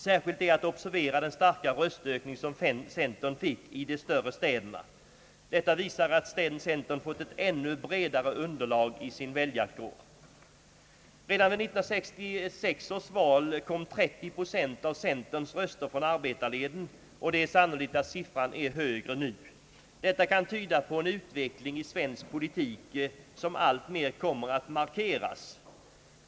Särskilt är att observera den starka röstökning som centern fick i de större städerna. Detta visar att centern fått ett ännu bredare underlag i sin väljarkår. Redan vid 1966 års val kom 30 procent av centerns röster från arbetarleden, och det är sannolikt att den siffran är högre nu. Detta kan tyda på en utveckling i svensk politik som alltmer kommer att markeras.